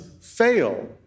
fail